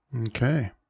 Okay